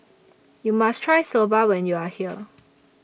YOU must Try Soba when YOU Are here